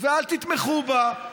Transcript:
ואל תתמכו בה.